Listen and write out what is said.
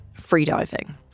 freediving